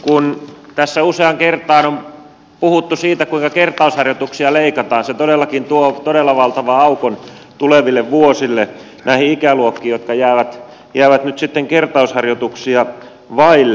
kun tässä useaan kertaan on puhuttu siitä kuinka kertausharjoituksia leikataan se todellakin tuo todella valtavan aukon tuleville vuosille näihin ikäluokkiin jotka jäävät nyt sitten kertausharjoituksia vaille